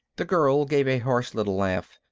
the girl gave a harsh little laugh.